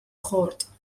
خورد